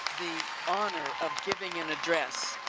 honor of giving an address.